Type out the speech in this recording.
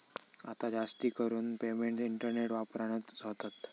आता जास्तीकरून payment internet वापरानच होतत